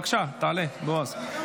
בבקשה, תעלה, בועז.